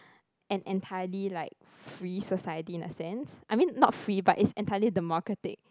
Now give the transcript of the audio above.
an entirely like free society in a sense I mean not free but it's entirely democratic